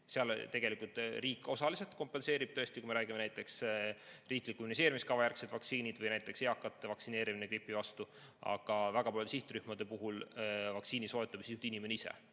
Seal tegelikult riik osaliselt kompenseerib, tõesti, kui me räägime näiteks riikliku immuniseerimiskava järgsetest vaktsiinidest või eakate vaktsineerimisest gripi vastu, aga väga paljude sihtrühmade puhul vaktsiini soetab inimene ise.